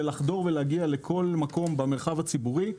לחדור ולהגיע לכל מקום במרחב הציבורי.